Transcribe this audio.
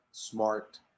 smart